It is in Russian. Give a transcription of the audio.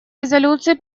резолюции